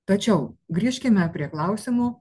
tačiau grįžkime prie klausimų